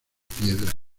piedra